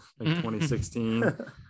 2016